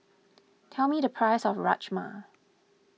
tell me the price of Rajma